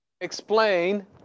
explain